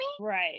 Right